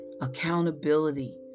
accountability